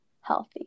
healthy